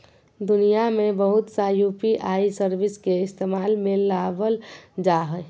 दुनिया में बहुत सा यू.पी.आई सर्विस के इस्तेमाल में लाबल जा हइ